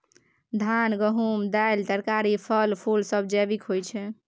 धान, गहूम, दालि, तरकारी, फल, फुल सब जैविक होई छै